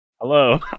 Hello